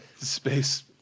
Space